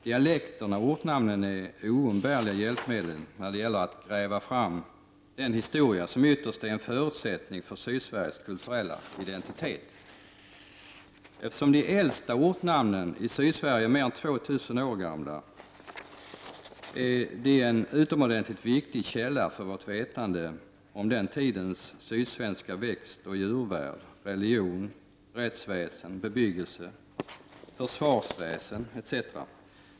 Dialekterna och ortnamnen är oumbärliga hjälpmedel när det gäller att gräva fram den historia som ytterst är en förutsättning för Sydsveriges kulturella identitet. Eftersom de äldsta ortnamnen i Sydsverige är mer än 2000 år gamla, är detta en utomordentligt viktig källa för vårt vetande om den tidens sydsvenska växtoch djurvärld, religion, rättsväsende, bebyggelse, försvarsväsende, etc.